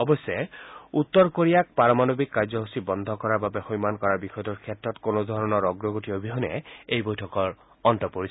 অৱশ্যে উত্তৰ কোৰিয়াক পাৰমাণৱিক কাৰ্যসূচী বন্ধ কৰাৰ বাবে সৈমান কৰাৰ বিষয়টোৰ ক্ষেত্ৰত কোনোধৰণৰ অগ্ৰগতি অবিহনে এই বৈঠকৰ অন্ত পৰিছিল